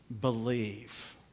believe